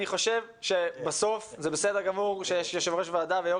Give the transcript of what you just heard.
אני חושב שזה בסדר גמור שיש יושב ראש ועדה ויושב ראש